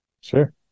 Sure